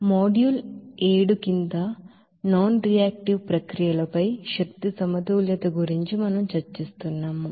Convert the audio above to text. module ఏడు కింద non reactive ప్రక్రియలపై ఎనర్జీ బాలన్స్ గురించి మనం చర్చిస్తున్నాము